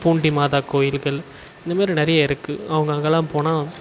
பூண்டிமாதா கோயில்கள் இந்த மாரி நிறைய இருக்கு அவங்க அங்கேலாம் போனால்